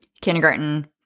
kindergarten